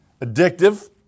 Addictive